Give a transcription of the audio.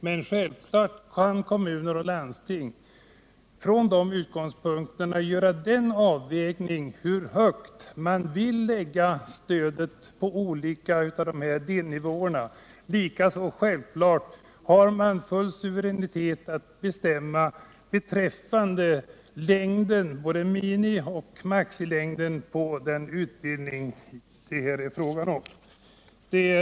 Men självfallet kan kommuner och landsting från dessa utgångspunkter göra en avvägning när det gäller hur stort stöd som skall utgå på de olika delområdena. Likaså harde självfallet full suveränitet att bestämma beträffande såväl minimisom maximilängden på den utbildning det här är fråga om.